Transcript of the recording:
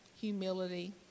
humility